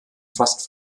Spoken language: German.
fast